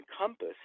encompass